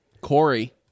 Corey